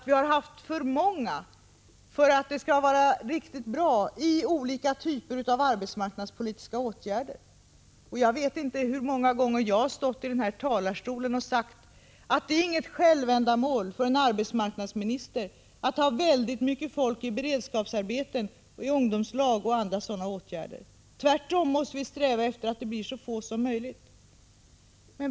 Vi har haft för många människor i vissa arbetsmarknadspolitiska åtgärder för att det skall vara riktigt bra. Jag vet inte hur många gånger jag har stått i den här talarstolen och sagt att det inte är något självändamål för en arbetsmarknadsminister att ha mycket folk i beredskapsarbeten, i ungdomslag och i andra sådana verksamheter. Tvärtom! Vi måste sträva efter att det blir så få som möjligt.